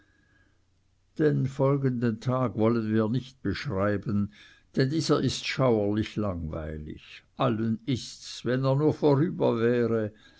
den folgenden tag wollen wir nicht beschreiben denn dieser ist schauerlich langweilig allen ists wenn er nur vorüber wäre